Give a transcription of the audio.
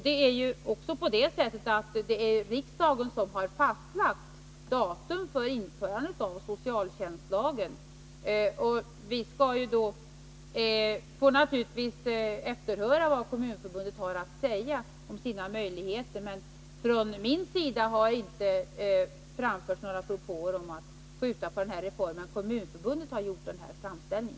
Det är dessutom riksdagen som har fastställt datum för införandet av socialtjänstlagen. Vi får naturligtvis höra vad Kommunförbundet har att säga om sina möjligheter, men från min sida har inte framförts några propåer om att skjuta på reformen. Det är Kommunförbundet som har gjort en framställning.